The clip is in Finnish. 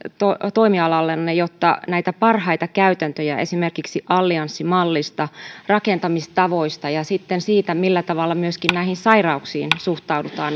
toimialoillanne jotta näitä parhaita käytäntöjä esimerkiksi allianssimallista rakentamistavoista ja sitten siitä millä tavalla myöskin näihin sairauksiin suhtaudutaan